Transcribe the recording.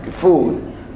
food